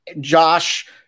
Josh